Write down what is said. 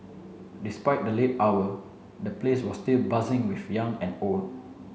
despite the late hour the place was still buzzing with young and old